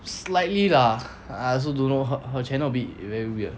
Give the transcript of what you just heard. slightly lah I also don't know her her channel a bit very weird